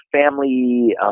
family